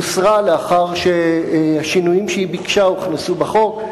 הוסרה לאחר שהשינויים שהיא ביקשה הוכנסו בחוק,